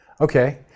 Okay